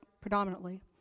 predominantly